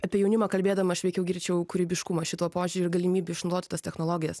apie jaunimą kalbėdama aš veikiau greičiau kūrybiškumą šituo požiūriu galimybių išnaudoti tas technologijas